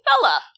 fella